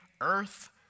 earth